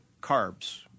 carbs